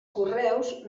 correus